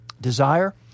desire